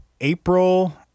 April